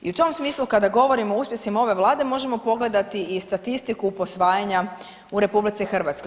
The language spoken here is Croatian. I u tom smislu kada govorimo o uspjesima ove vlade možemo pogledati i statistiku posvajanja u RH.